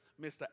Mr